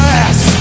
ass